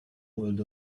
hold